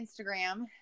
Instagram